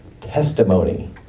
testimony